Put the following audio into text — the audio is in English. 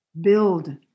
Build